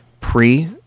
pre